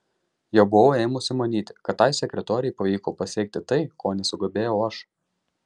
jau buvau ėmusi manyti kad tai sekretorei pavyko pasiekti tai ko nesugebėjau aš